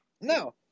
No